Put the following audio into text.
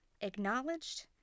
acknowledged